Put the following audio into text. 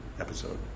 episode